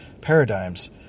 paradigms